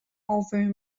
over